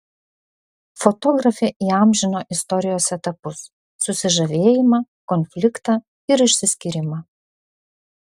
fotografė įamžino istorijos etapus susižavėjimą konfliktą ir išsiskyrimą